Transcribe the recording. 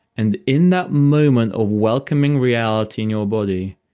and in that moment of welcoming reality in your body,